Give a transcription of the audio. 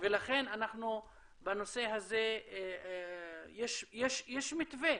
ולכן בנושא הזה יש מתווה.